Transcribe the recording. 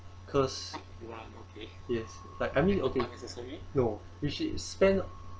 cause yes like I mean okay no we should spend